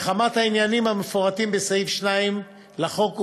מחמת העניינים המפורטים בסעיף 2 לחוק.